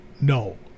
no